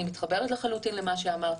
אני מתחברת לחלוטין למה שאמרת,